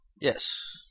Yes